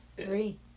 Three